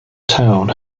town